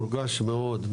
מורגש מאוד.